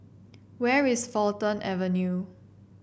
where is Fulton Avenue